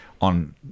on